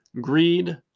Greed